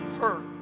hurt